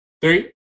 Three